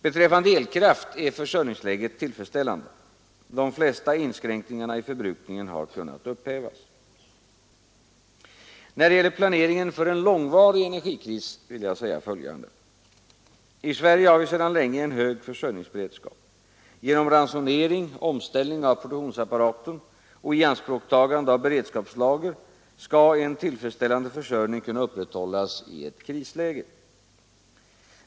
Beträffande elkraft är försörjningsläget tillfredsställande. De flesta inskränkningar i förbrukningen har kunnat upphävas. När det gäller planeringen för en långvarig energikris vill jag säga följande. I Sverige har vi sedan länge en hög försörjningsberedskap. Genom ransonering, omställning av produktionsapparaten och ianspråktagande av beredskapslager skall en tillfredsställande försörjning kunna upprätthållas i ett krisläge.